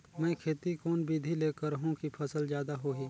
मै खेती कोन बिधी ल करहु कि फसल जादा होही